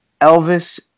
Elvis